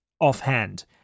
offhand